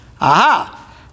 Aha